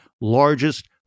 largest